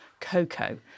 cocoa